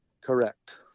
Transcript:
Correct